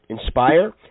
inspire